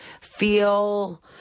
feel